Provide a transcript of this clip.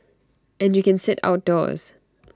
and you can sit outdoors